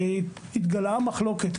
התגלעה מחלוקת.